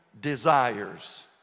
desires